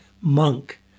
monk